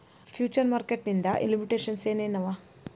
Future market ಇಂದ್ limitations ಏನ್ ಏನವ?